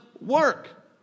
work